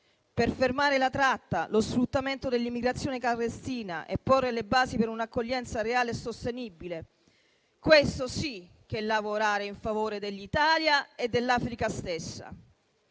per fermare la tratta, lo sfruttamento dell'immigrazione clandestina, ponendo le basi per un'accoglienza reale e sostenibile dimostrano che questo sì che è lavorare in favore dell'Italia e dell'Africa stessa.